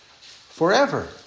forever